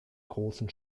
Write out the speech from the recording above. großen